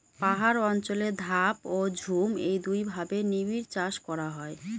পাহাড় অঞ্চলে ধাপ ও ঝুম এই দুইভাবে নিবিড়চাষ করা হয়